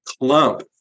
clump